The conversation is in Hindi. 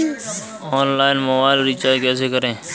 ऑनलाइन मोबाइल रिचार्ज कैसे करें?